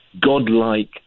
godlike